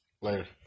Later